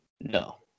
No